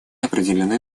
определены